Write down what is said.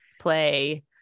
play